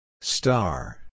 Star